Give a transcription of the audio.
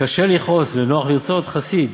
קשה לכעוס ונוח לרצות, חסיד,